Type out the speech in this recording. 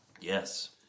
Yes